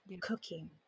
cooking